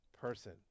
person